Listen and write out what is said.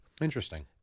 Interesting